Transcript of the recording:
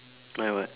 my what